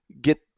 get –